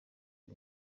iyi